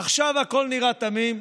עכשיו הכול נראה תמים,